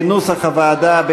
כנוסח הוועדה,